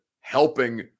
helping